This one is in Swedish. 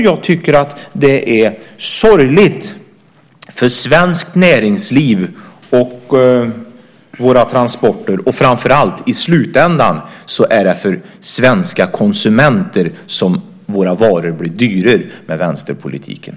Jag tycker att det är sorgligt för svenskt näringsliv och för våra transporter. Framför allt är det i slutändan för svenska konsumenter som våra varor blir dyrare med vänsterpolitiken.